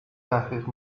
تحقیق